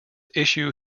issue